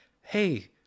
hey